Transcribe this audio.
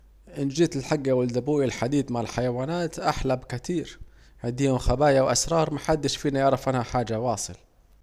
إن جيت للحج يا ولد أبوي الحديد مع الحيوانات أحلى بكتير، عنديهم خبايا وأسرار محدش يعرف عنها حاجة واصل